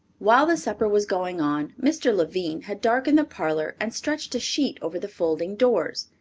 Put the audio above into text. while the supper was going on, mr. lavine had darkened the parlor and stretched a sheet over the folding doors,